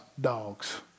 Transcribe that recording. dogs